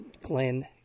Glenn